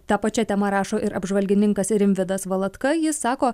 ta pačia tema rašo ir apžvalgininkas rimvydas valatka jis sako